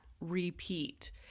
repeat